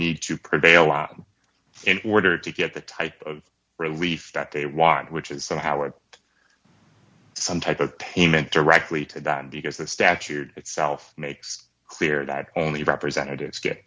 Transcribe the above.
need to prevail in order to get the type of relief that they want which is somehow or some type of payment directly to them because the statute itself makes clear that only representatives get